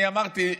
אני אמרתי: